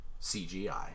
CGI